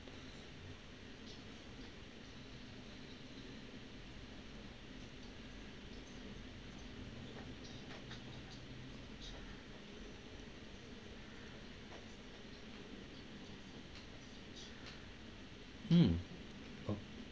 mm